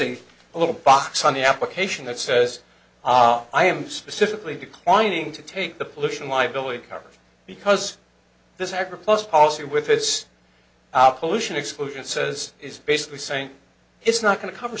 a little box on the application that says i am specifically declining to take the pollution liability coverage because this agrah plus policy with this our pollution exclusion says is basically saying it's not going to cover